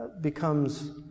becomes